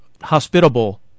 hospitable